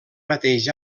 mateix